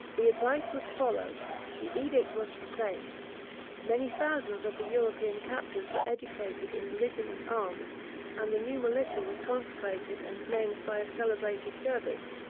the advice was followed the edict was proclaimed many thousands of the european captives were educated in religion and arms and the new militia was consecrated and named by a celebrated dervis.